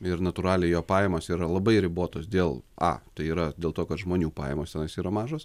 ir natūraliai jo pajamos yra labai ribotos dėl a tai yra dėl to kad žmonių pajamos tenais yra mažos